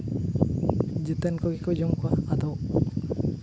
ᱡᱮᱛᱮᱱ ᱠᱚᱜᱮ ᱠᱚ ᱡᱚᱢ ᱠᱚᱣᱟ ᱟᱫᱚ